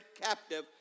captive